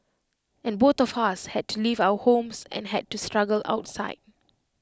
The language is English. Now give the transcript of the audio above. and both of us had to leave our homes and had to struggle outside